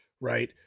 right